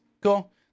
Cool